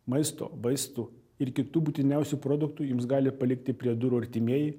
maisto vaistų ir kitų būtiniausių produktų jums gali palikti prie durų artimieji